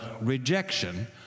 rejection